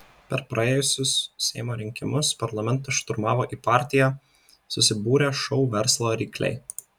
per praėjusius seimo rinkimus parlamentą šturmavo į partiją susibūrę šou verslo rykliai